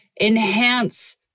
enhance